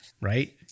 right